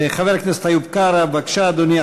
חבר הכנסת איוב קרא, בבקשה, אדוני.